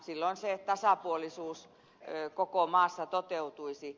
silloin se tasapuolisuus koko maassa toteutuisi